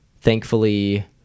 thankfully